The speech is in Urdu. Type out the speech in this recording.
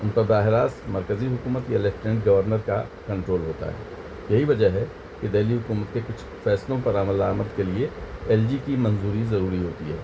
ان کا براہ راست مرکزی حکومت یا لفٹنٹ گورنر کا کنٹرول ہوتا ہے یہی وجہ ہے کہ دہلی حکومت کے کچھ فیصلوں پر عمل درآمد کے لیے ایل جی کی منظوری ضروری ہوتی ہے